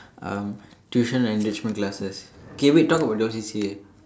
um tuition enrichment classes okay wait talk about your C_C_A